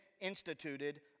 instituted